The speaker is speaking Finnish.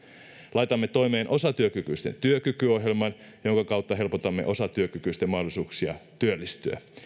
laitamme toimeen osatyökykyisten työkykyohjelman jonka kautta helpotamme osatyökykyisten mahdollisuuksia työllistyä